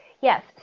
Yes